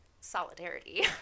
solidarity